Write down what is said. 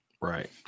Right